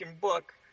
book